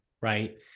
right